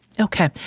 Okay